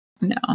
No